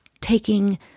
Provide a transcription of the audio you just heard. taking